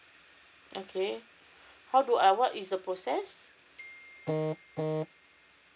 okay how do I what is the process